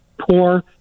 poor